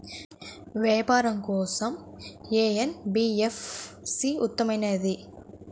వ్యాపారం కోసం ఏ ఎన్.బీ.ఎఫ్.సి ఉత్తమమైనది?